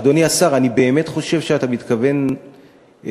אדוני השר, אני באמת חושב שאתה מתכוון לטוב.